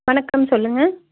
வணக்கம் சொல்லுங்கள்